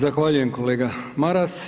Zahvaljujem kolega Maras.